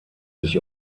sich